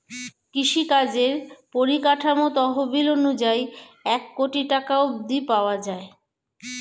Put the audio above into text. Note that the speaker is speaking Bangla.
কৃষিকাজের পরিকাঠামো তহবিল অনুযায়ী এক কোটি টাকা অব্ধি পাওয়া যাবে